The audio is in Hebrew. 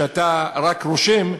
שאתה רק רושם,